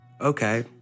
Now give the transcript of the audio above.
Okay